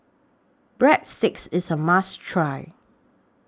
Breadsticks IS A must Try